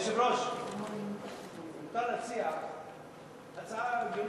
היושב-ראש, מותר להציע הצעה הגיונית?